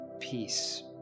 peace